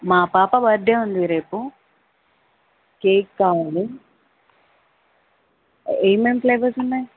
మా పాప బర్త్డే ఉంది రేపు కేక్ కావాలి ఏమేం ఫ్లేవర్స్ ఉన్నయి